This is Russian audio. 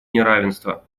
неравенство